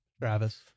Travis